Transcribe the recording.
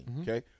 Okay